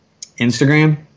Instagram